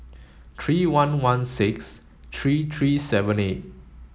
three one one six three three seven eight